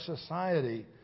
society